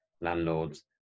landlords